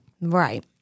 Right